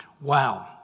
Wow